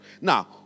Now